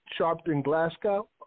Sharpton-Glasgow